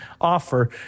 offer